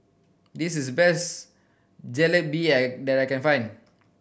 this is the best Jalebi I that I can find